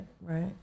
right